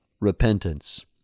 repentance